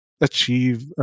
achieve